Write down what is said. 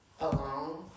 alone